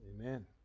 Amen